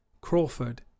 crawford